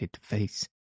face